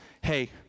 hey